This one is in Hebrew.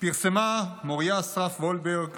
פרסמה מוריה אסרף וולברג